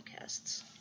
Podcasts